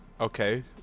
Okay